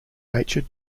nature